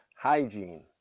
Hygiene